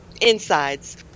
insides